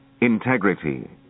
integrity